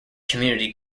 community